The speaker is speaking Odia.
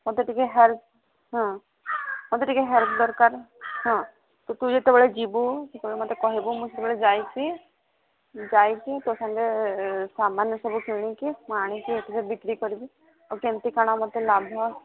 ମୋତେ ଟିକେ ହେଲ୍ପ ହଁ ମୋତେ ଟିକେ ହେଲ୍ପ ଦରକାର ହଁ ତ ତୁ ଯେତେବେଳେ ଯିବୁ ସେତେବେଳେ ମୋତେ କହିବୁ ମୁଁ ସେତବେଳେ ଯାଇକି ଯାଇକି ତୋ ସାଙ୍ଗେ ସାମାନ ସବୁ କିଣିକି ମୁଁ ଆଣିକି ଏଠି ବିକ୍ରି କରିବି ଆଉ କେମିତି କ'ଣ ମୋତେ ଲାଭ